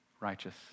righteous